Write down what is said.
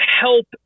help